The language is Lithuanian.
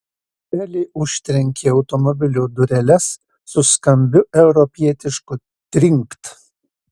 elė užtrenkė automobilio dureles su skambiu europietišku trinkt